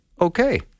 okay